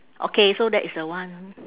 okay so that is the one